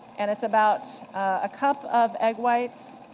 and it's about a cup of egg whites,